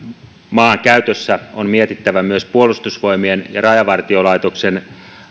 maankäytössä on mietittävä myös puolustusvoimien ja rajavartiolaitoksen